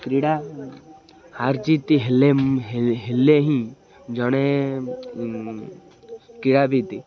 କ୍ରୀଡ଼ା ହାର୍ଜିତ୍ ହେଲେ ହେଲେ ହିଁ ଜଣେ କ୍ରୀଡ଼ାବିତ୍